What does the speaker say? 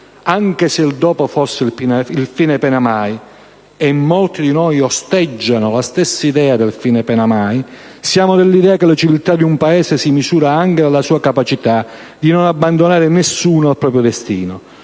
Anche se il dopo fosse il «fine pena: mai» - e molti di noi osteggiano quest'idea - siamo dell'idea che la civiltà di un Paese si misura anche dalla sua capacità di non abbandonare nessuno al proprio destino.